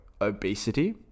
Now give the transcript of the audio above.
obesity